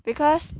because